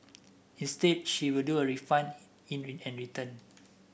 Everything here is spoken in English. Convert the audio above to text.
instead she will do a refund and return